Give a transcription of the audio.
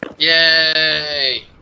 Yay